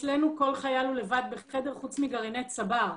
אצלנו כל חייל הוא לבד בחדר, חוץ מגרעיני צבר.